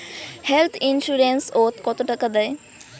Health insurance ওত কত টাকা দেয়?